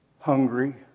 hungry